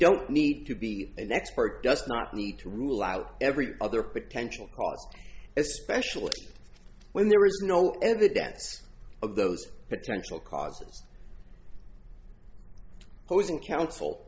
don't need to be an expert does not need to rule out every other potential especially when there is no evidence of those potential causes opposing counsel